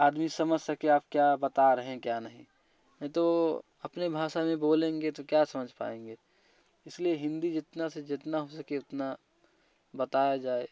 आदमी समझ सके आप क्या बता रहे हैं क्या नहीं तो अपने भाषा में बोलेंगे तो क्या समझ पाएँगे इसलिए हिंदी जितना से जितना हो सके उतना बताया जाए